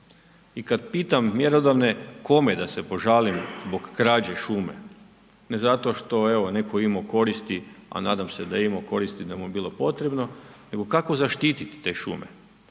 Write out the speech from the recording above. I kad pitam mjerodavne kome da se požalim zbog krađe šume ne zato što je evo netko imao koristi a nadam se da je imao koristi, da mu je bilo potrebno, nego kako zaštititi te šume.